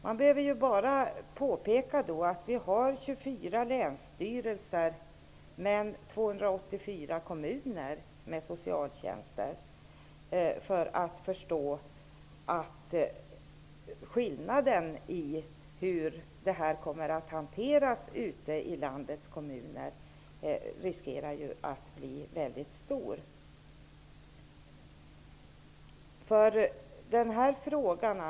Man behöver bara påpeka att det finns 24 länsstyrelser men 284 kommuner med socialtjänster för att förstå att skillnaden i hanteringen i landets kommuner riskerar att bli väldigt stor.